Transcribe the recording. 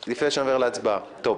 לא,